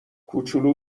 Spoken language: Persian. کوچولو